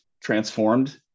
transformed